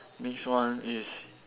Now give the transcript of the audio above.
next one is